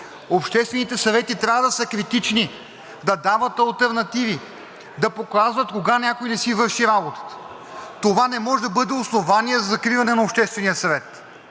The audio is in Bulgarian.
Обществените съвети трябва да са критични, да дават алтернативи, да показват кога някой не си върши работата! Това не може да бъде основание за закриване на Обществения съвет.